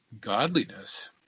godliness